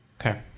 Okay